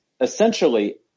essentially